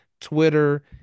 twitter